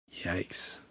Yikes